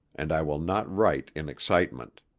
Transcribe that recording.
and i will not write in excitement.